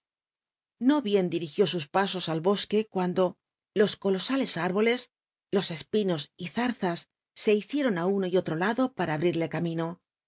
no bien dirigió sus pasos al bosque cuando los colosales iuboles los espinos zarzas se biciemn á uno y otro lado para abrirle camino